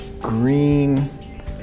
green